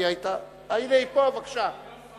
הנה היא פה, בבקשה.